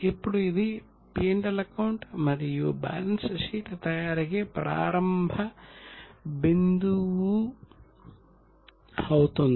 ఇప్పుడు ఇది P L account మరియు బ్యాలెన్స్ షీట్ తయారీకి ప్రారంభ బిందువు అవుతుంది